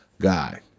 guy